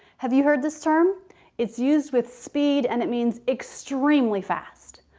have you heard this term it's used with speed and it means extremely fast.